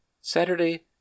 Saturday